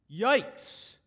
Yikes